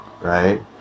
Right